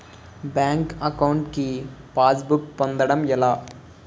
Bank account కి passbook పొందడం ఎలా?